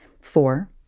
Four